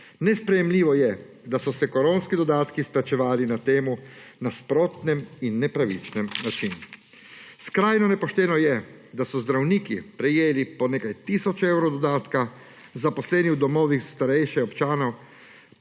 Nesprejemljivo je, da so se koronski dodatki izplačevali na nasproten in nepravičen način. Skrajno nepošteno je, da so zdravniki prejeli po nekaj tisoč evrov dodatka, zaposleni v domovih starejših občanov